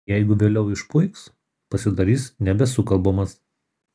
jeigu vėliau išpuiks pasidarys nebesukalbamas